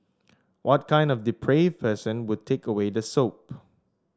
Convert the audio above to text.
what kind of depraved person would take away the soup